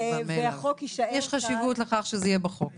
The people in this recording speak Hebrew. יש חשיבות לכך שזה יהיה מוסדר בחוק.